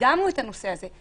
קידמנו את הנושא הזה,